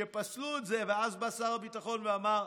שנפסל, ואז בא שר הביטחון ואמר: